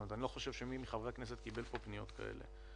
אני לא חושב שמי מחברי הכנסת קיבל פה פניות כאלה.